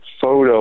photo